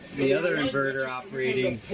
the other inverter operating,